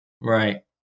Right